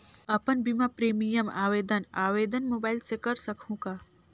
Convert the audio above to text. अपन बीमा प्रीमियम आवेदन आवेदन मोबाइल से कर सकहुं का?